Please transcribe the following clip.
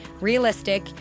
realistic